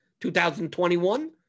2021